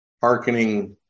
hearkening